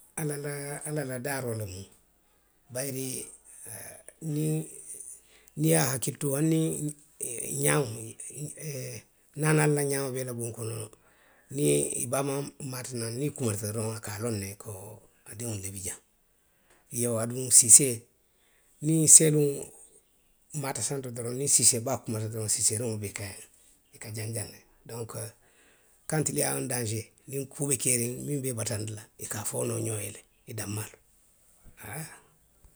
Ala la, ala la daaroo lemu. bayiri, niŋ niŋ i ye a hakkilutu hani. iii niŋ naanaŋo la ňaŋo be i la buŋo kono. niŋ i baamaa maata naŋ niŋ i kumata doroŋ i ka a loŋ ne ko a diŋolu le bi jaŋ., iyoo, aduŋ siisee, niŋ seeluŋo maata santo doroŋ niŋ siisee baa kumata doroŋ. siiseeriŋolu bee ka, bee ka janjaŋ ne. Donku, kantiliyaa oŋ dansee, niŋ kuu be keeriŋ, muŋ be i bataandi la i ka a foonoo ňoŋ ye le i danmaalu haa